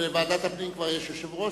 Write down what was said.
בוועדת הפנים יש יושב-ראש?